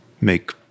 make